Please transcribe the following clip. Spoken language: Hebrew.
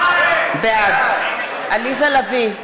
בעד עליזה לביא,